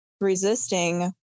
resisting